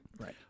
Right